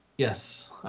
Yes